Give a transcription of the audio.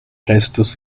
restos